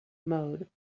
mode